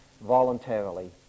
voluntarily